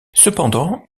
cependant